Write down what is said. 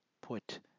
put